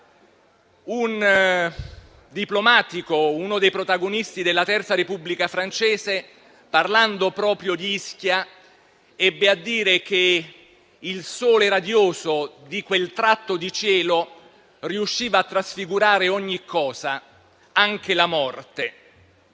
Un diplomatico, uno dei protagonisti della Terza Repubblica francese, parlando proprio di Ischia, ebbe a dire che il sole radioso di quel tratto di cielo riusciva a trasfigurare ogni cosa, anche la morte.